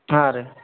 ಹಾಂ ರೀ